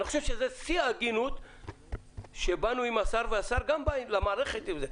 אני חושב שזה שיא ההגינות שבאנו לשר ושהוא בא אתנו למערכת עם זה.